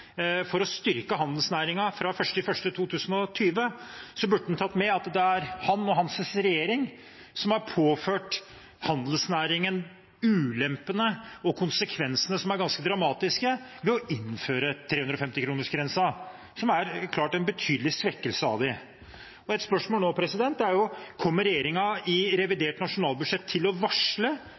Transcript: for å styrke handelsnæringen fra 1. januar 2020, burde han tatt med at det er han og hans regjering som har påført handelsnæringen ulempene og konsekvensene – som er ganske dramatiske – ved å innføre 350-kronersgrensen, noe som klart er en betydelig svekkelse. Et spørsmål nå er om regjeringen i revidert nasjonalbudsjett kommer til å varsle